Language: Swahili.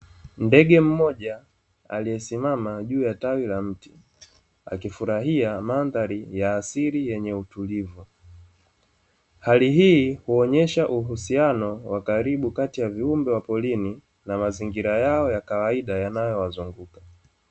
Ndege mmoja aliyesimama juu ya tawi la mti, akifurahia mandhari ya asili yenye utulivu. Hali hii huonyesha uhusiano wa karibu kati ya viumbe wa porini na mazingira yao ya kawaida yanayowazunguka.